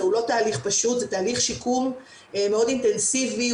זה לא תהליך פשוט, זה תהליך שיקום מאוד אינטנסיבי.